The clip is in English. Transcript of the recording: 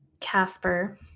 Casper